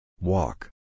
Walk